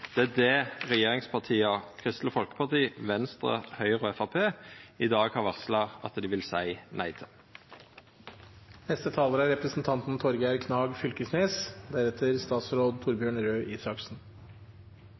Det er det regjeringspartia – Kristeleg Folkeparti, Venstre, Høgre og Framstegspartiet – i dag har varsla at dei vil seia nei til. Det er